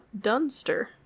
Dunster